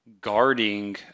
guarding